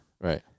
Right